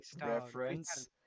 reference